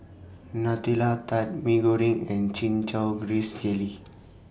Nutella Tart Mee Goreng and Chin Chow Grass Jelly